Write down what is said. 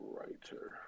Writer